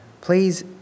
Please